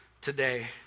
today